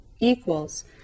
equals